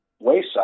wayside